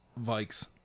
Vikes